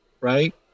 right